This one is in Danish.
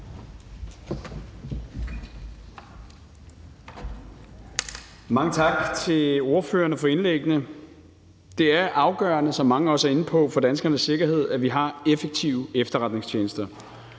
Mange tak til ordførerne for indlæggene. Det er afgørende, som mange også har været inde på, for danskernes sikkerhed, at vi har effektive efterretningstjenester,